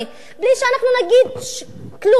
בלי שנגיד כלום,